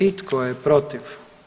I tko je protiv?